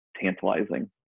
tantalizing